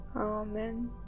Amen